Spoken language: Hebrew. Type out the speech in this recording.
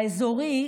האזורי.